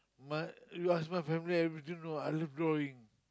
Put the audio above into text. my you ask my family everything no I love drawing